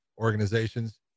organizations